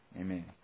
Amen